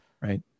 right